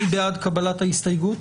מי בעד קבלת ההסתייגות?